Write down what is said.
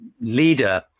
leader